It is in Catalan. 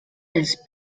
els